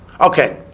Okay